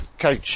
coach